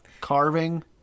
carving